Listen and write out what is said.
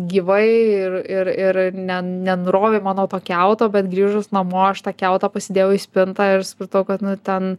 gyvai ir ir ir ne nenurovė mano to kiauto bet grįžus namo aš tą kiautą pasidėjau į spintą ir supratau kad nu ten